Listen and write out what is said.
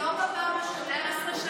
לא בפעם הראשונה,